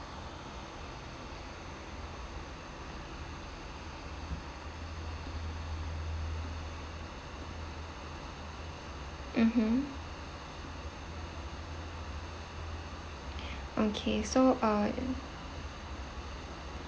mmhmm okay so uh